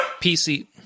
PC –